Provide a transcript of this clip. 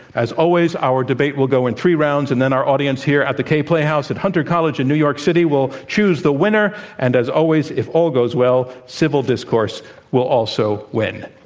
as always, our debate will go in three rounds, and then our audience here at the kaye playhouse at hunter college in new york city will choose the winner. and as always, if all goes well, civil discourse will also win.